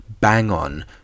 bang-on